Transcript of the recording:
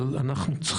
אבל אנחנו,